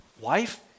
wife